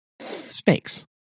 snakes